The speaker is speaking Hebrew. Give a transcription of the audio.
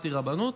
למדתי רבנות,